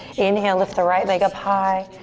inhale, lift the right leg up high.